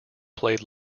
played